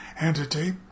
entity